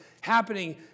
happening